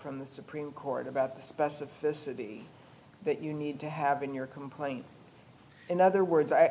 from the supreme court about the specificity that you need to have been your complaint in other words i